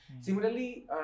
Similarly